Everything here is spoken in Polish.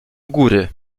góry